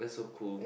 that's so cool